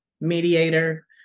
mediator